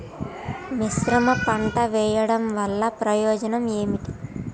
మిశ్రమ పంట వెయ్యడం వల్ల ప్రయోజనం ఏమిటి?